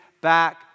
back